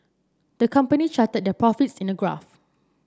the company charted their profits in a graph